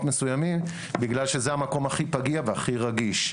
מסוימים - בגלל שזה המקום הכי פגיע והכי רגיש.